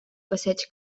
passeig